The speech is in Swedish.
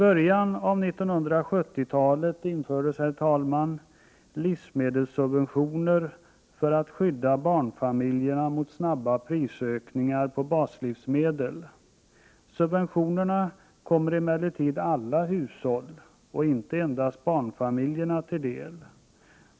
I början av 1970-talet infördes livsmedelssubventioner för att skydda barnfamiljerna mot snabba prisökningar på baslivsmedel. Subventionerna kommer emellertid alla hushåll, inte endast barnfamiljerna, till del.